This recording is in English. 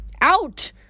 Out